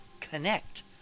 connect